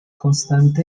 constante